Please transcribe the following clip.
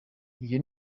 iyo